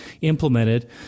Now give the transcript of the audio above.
implemented